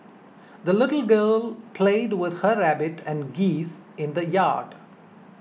the little girl played with her rabbit and geese in the yard